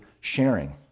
sharing